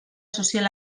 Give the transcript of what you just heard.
sozial